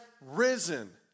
risen